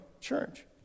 Church